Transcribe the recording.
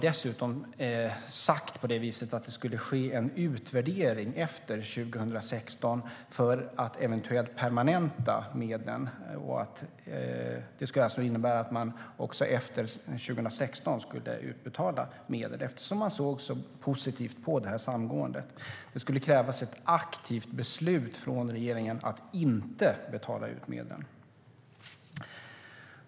Dessutom var det sagt att det skulle ske en utvärdering efter 2016 för att eventuellt permanenta medlen. Det skulle innebära att man också efter 2016 skulle utbetala medel eftersom man såg så positivt på samgåendet. Det skulle krävas ett aktivt beslut från regeringen att inte betala ut medlen.